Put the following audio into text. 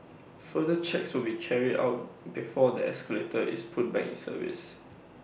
further checks will be carried out before the escalator is put back in service